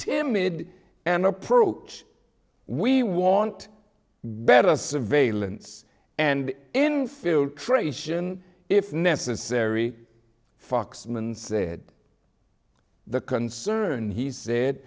timid an approach we want better surveillance and infiltration if necessary foxman said the concern he said